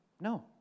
No